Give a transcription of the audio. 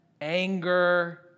anger